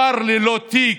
שר ללא תיק,